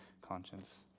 conscience